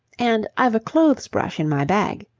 and i've a clothes brush in my bag.